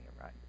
right